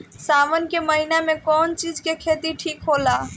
सावन के महिना मे कौन चिज के खेती ठिक होला?